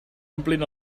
omplin